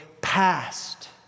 past